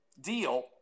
deal